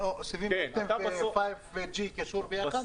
5 ו-G קשור ביחד?